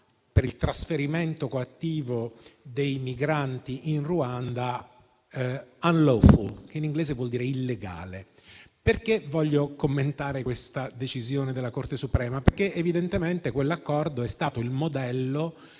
per il trasferimento coattivo dei migranti in Ruanda unlawful, che in inglese vuol dire illegale. Voglio commentare questa decisione della Corte suprema perché evidentemente quell’accordo è stato il modello